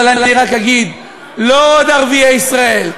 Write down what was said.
אבל אני רק אגיד: לא עוד ערביי ישראל,